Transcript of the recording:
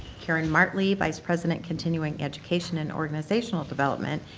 karen martley, vice president continuing education and organizational development,